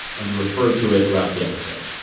and we refer to it throughout the episode.